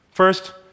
First